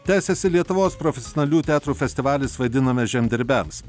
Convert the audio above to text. tęsiasi lietuvos profesionalių teatrų festivalis vaidiname žemdirbiams